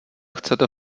chcete